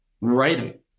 right